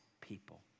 people